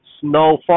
snowfall